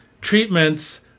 treatments